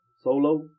Solo